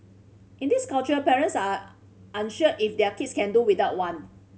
in this culture parents are unsure if their kids can do without one